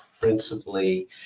principally